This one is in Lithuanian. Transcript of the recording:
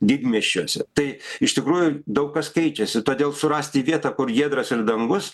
didmiesčiuose tai iš tikrųjų daug kas keičiasi todėl surasti vietą kur giedras dangus